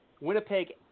Winnipeg